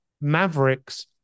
mavericks